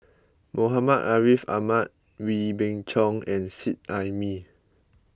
Muhammad Ariff Ahmad Wee Beng Chong and Seet Ai Mee